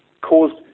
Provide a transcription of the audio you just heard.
caused